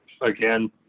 again